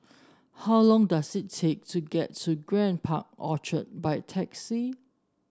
how long does it take to get to Grand Park Orchard by taxi